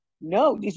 no